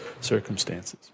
circumstances